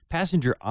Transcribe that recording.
Passenger